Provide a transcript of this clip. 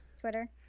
Twitter